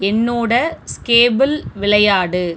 என்னோட ஸ்கேபிள் விளையாடு